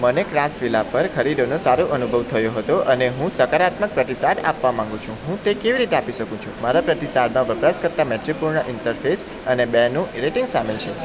મને ક્રાફ્ટ્સવિલા પર ખરીદીનો સારો અનુભવ થયો હતો અને હું સકારાત્મક પ્રતિસાદ આપવા માંગુ છું હું તે કેવી રીતે કરી શકું મારા પ્રતિસાદમાં વપરાશકર્તા મૈત્રીપૂર્ણ ઈન્ટરફેસ અને બેનું રેટિંગ સામેલ છે